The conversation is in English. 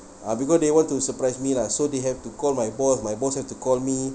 ah because they want to surprise me lah so they have to call my boss my boss have to call me